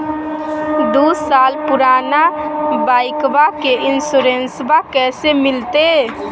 दू साल पुराना बाइकबा के इंसोरेंसबा कैसे मिलते?